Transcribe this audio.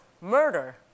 Murder